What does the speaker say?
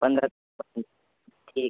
पंधरा तारीख ठीक